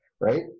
right